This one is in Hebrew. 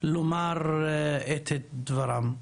לומר את דברם.